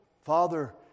Father